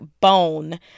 bone